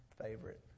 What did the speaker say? favorite